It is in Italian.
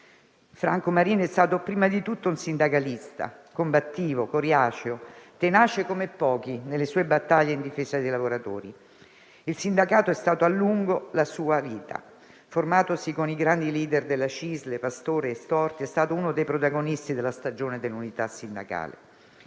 Franco Marini è stato prima di tutto un sindacalista, combattivo, coriaceo e tenace, come pochi, nelle sue battaglie in difesa dei lavoratori. Il sindacato è stato a lungo la sua vita. Formatosi con i grandi leader della Cisl, Pastore e Storti, è stato uno dei protagonisti della stagione dell'unità sindacale.